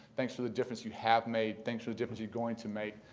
thanks for the difference you have made. thanks for the difference you're going to make.